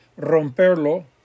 Romperlo